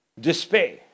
despair